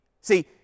See